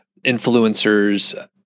influencers